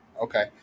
Okay